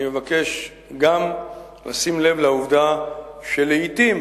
אני מבקש גם לשים לב לעובדה שלעתים,